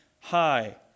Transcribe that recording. high